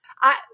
I-